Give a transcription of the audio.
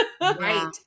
Right